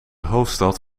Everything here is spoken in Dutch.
hoofdstad